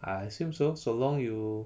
I assume so so long you